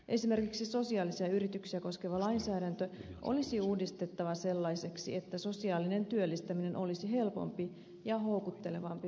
esimerkiksi sosiaalisia yrityksiä koskeva lainsäädäntö olisi uudistettava sellaiseksi että sosiaalinen työllistäminen olisi helpompi ja houkuttelevampi vaihtoehto